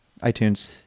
iTunes